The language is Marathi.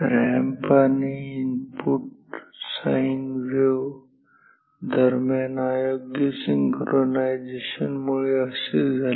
रॅम्प आणि इनपुट साइन वेव्ह दरम्यान अयोग्य सिंक्रोनाइझेशनमुळे असे झाले